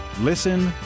Listen